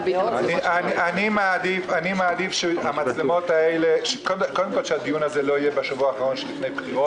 אני מעדיף קודם כל שהדיון הזה לא יהיה שבוע לפני בחירות,